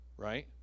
Right